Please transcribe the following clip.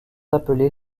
appelés